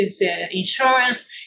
insurance